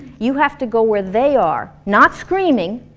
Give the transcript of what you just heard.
you have to go where they are, not screaming,